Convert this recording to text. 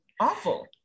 Awful